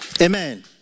Amen